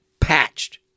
patched